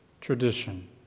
tradition